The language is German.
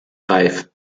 reif